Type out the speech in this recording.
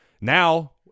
Now